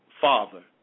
father